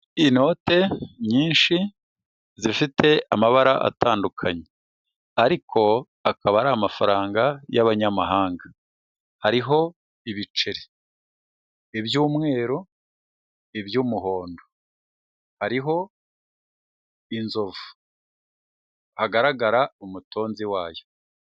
Inote nyinshi zifite amabara atandukanye ariko akaba ari amafaranga y'abanyamahanga, hariho ibiceri, iby'umweru, iby'umuhondo, hariho inzovu, hagaragara umutonzi wayo.